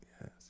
Yes